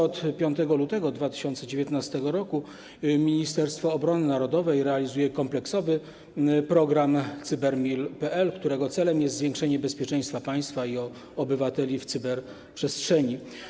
Od 5 lutego 2019 r. Ministerstwo Obrony Narodowej realizuje kompleksowy program Cyber.mil.pl, którego celem jest zwiększenie bezpieczeństwa państwa i obywateli w cyberprzestrzeni.